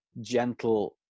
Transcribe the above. gentle